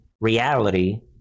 reality